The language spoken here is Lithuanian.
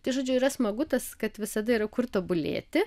tai žodžiu yra smagu tas kad visada yra kur tobulėti